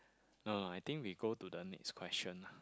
uh I think we go to the next question lah